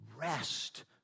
rest